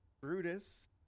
Brutus